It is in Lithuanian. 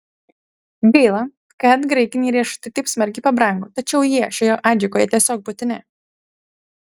gaila kad graikiniai riešutai taip smarkiai pabrango tačiau jie šioje adžikoje tiesiog būtini